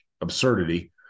absurdity